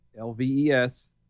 L-V-E-S